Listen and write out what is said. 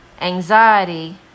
anxiety